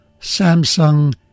Samsung